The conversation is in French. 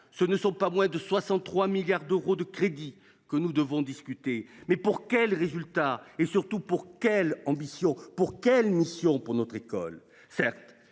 ce ne sont pas moins de 63 milliards d’euros de crédit que nous devons examiner. Pour quel résultat, et surtout pour quelle ambition, pour quelle mission pour notre école ?